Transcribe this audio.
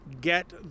get